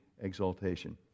exaltation